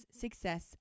success